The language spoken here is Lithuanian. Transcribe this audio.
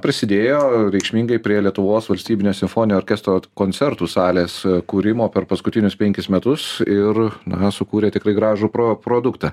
prisidėjo reikšmingai prie lietuvos valstybinio simfoninio orkestro koncertų salės kūrimo per paskutinius penkis metus ir na sukūrė tikrai gražų pro produktą